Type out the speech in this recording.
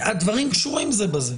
הדברים קשורים זה בזה.